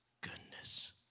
goodness